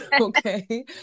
Okay